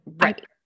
right